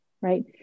right